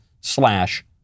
slash